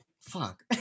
fuck